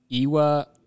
Iwa